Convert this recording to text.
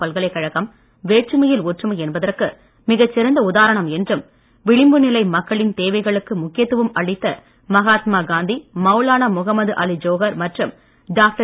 பல்கலைக்கழகம் வேற்றுமையில் ஒற்றுமை என்பதற்கு மிகச் சிறந்த உதாரணம் என்றும் விளிம்பு நிலை மக்களின் தேவைகளுக்கு முக்கியத்தும் அளித்த மகாத்மா காந்தி மௌலானா முகமது அலி ஜோஹர் மற்றும் டாக்டர்